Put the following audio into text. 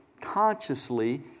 consciously